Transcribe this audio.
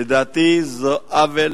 לדעתי, זה עוול